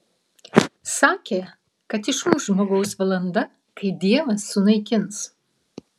sakė kad išmuš žmogaus valanda kai dievas sunaikins